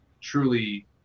truly